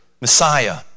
Messiah